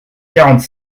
quarante